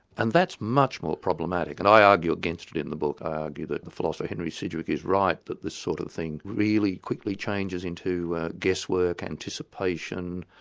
and that's much more problematic, and i argue against it in the book, i argue that the philosopher henry sidgwick is right, that this sort of thing really quickly changes into guesswork, anticipation,